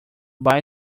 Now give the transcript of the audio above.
buy